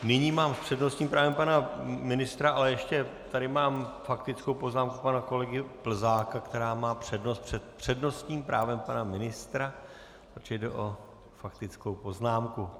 Nyní mám s přednostním právem pana ministra, ale ještě tady mám faktickou poznámku pana kolegy Plzáka, která má přednost před přednostním právem pana ministra, protože jde o faktickou poznámku.